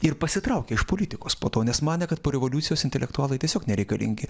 ir pasitraukė iš politikos po to nes manė kad po revoliucijos intelektualai tiesiog nereikalingi